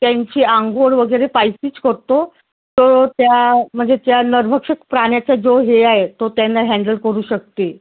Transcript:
त्यांची अंघोळ वगैरे पाइपनीच करतो तो ते त्या म्हणजे त्या नरभक्षक प्राण्याचा जो हेड आहे तो त्यांना हॅंडल करू शकते